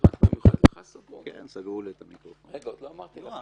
קודם כל, אנחנו דיברנו בקצרה בשבוע שעבר